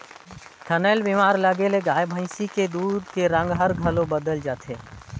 थनैल बेमारी लगे ले गाय भइसी के दूद के रंग हर घलो बदेल जाथे